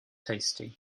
tasty